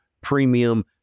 premium